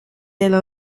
elle